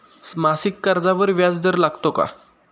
मासिक कर्जावर व्याज दर लागतो का?